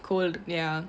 cold ya